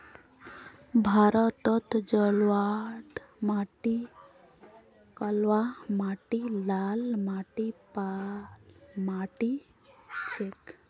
भारतत जलोढ़ माटी कलवा माटी लाल माटी पाल जा छेक